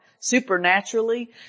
supernaturally